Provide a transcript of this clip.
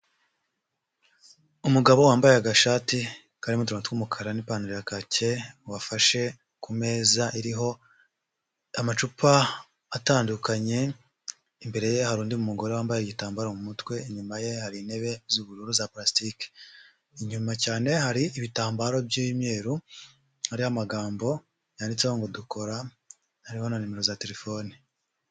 Umugabo wambaye agashati, karimo uturonko tw'umukara n'ipantaro ya kake, wafashe ku meza iriho amacupa atandukanye, imbere ye hari undi mugore wambaye igitambaro mu mutwe, inyuma ye hari intebe z'ubururu za palastiki, inyuma cyane hari ibitambaro by'umweru, hariho amagambo yanditseho ngo dukora, hariho na numero za telefone.